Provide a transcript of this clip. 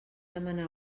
demanar